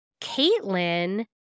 Caitlin